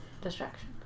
distraction